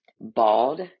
bald